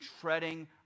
treading